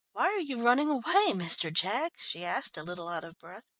why were you running away, mr. jaggs? she asked, a little out of breath.